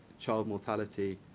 child mortality,